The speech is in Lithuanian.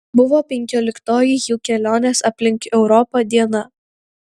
buvo penkioliktoji jų kelionės aplink europą diena